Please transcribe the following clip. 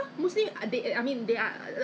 avoid the rashes area 没办法